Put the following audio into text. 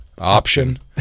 Option